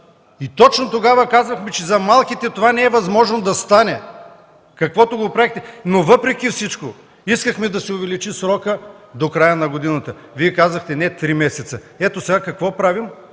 И точно тогава казахме, че за малките това не е възможно да стане, както го приехте. Но въпреки всичко искахме да се увеличи срокът до края на годината. Вие казахте: „Не, три месеца!” Ето, сега какво правим?